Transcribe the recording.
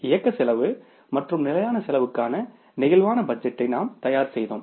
இயக்க செலவு மற்றும் நிலையான செலவுக்கான பிளேக்சிபிள் பட்ஜெட் டை நாம் தயார் செய்தோம்